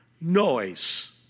noise